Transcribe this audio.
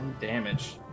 damage